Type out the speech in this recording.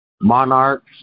monarchs